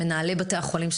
מנהלי בתי החולים,